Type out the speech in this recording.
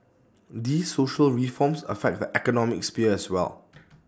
these social reforms affect the economic sphere as well